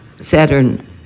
saturn